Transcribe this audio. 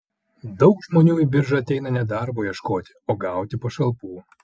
daug žmonių į biržą ateina ne darbo ieškoti o gauti pašalpų